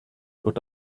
durch